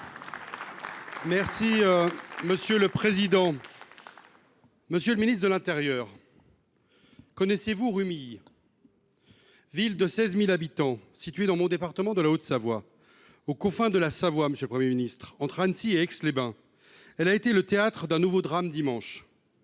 Union Centriste. Monsieur le ministre de l’intérieur, connaissez vous Rumilly ? Ville de 16 000 habitants située dans le département de la Haute Savoie, aux confins de la Savoie, monsieur le Premier ministre, entre Annecy et Aix les Bains,